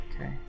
Okay